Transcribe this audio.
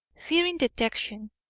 fearing detection,